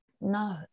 no